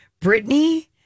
Britney